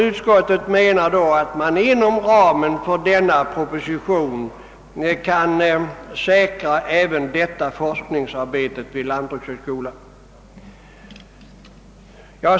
Utskottet anser att man inom ramen för denna proposition kan säkra även detta forskningsarbete vid lantbrukshögskolan.